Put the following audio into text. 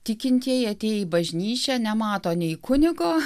tikintieji atėję į bažnyčią nemato nei kunigo